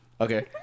Okay